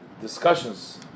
discussions